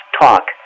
talk